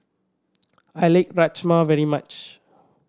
I lake Rajma very much